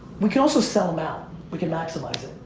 we can also sell them out. we can maximize it,